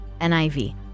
NIV